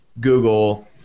Google